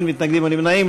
אין מתנגדים ונמנעים,